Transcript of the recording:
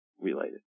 related